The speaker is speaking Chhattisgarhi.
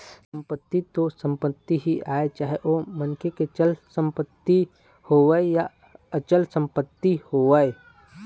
संपत्ति तो संपत्ति ही आय चाहे ओ मनखे के चल संपत्ति होवय या अचल संपत्ति होवय